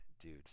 dude